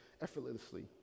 effortlessly